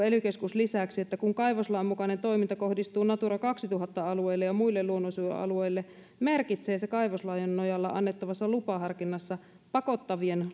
ely keskus lausui lisäksi että kun kaivoslain mukainen toiminta kohdistuu natura kaksituhatta alueelle ja muille luonnonsuojelualueille merkitsee se kaivoslain nojalla annettavassa lupaharkinnassa pakottavan